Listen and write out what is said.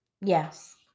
Yes